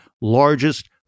largest